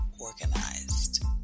Organized